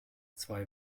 zwei